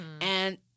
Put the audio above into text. And-